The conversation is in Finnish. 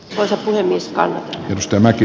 rata oli niskan ristimäki